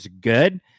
good